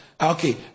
okay